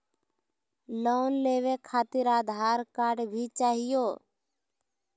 Loan लेवे खातिरआधार card भी चाहियो?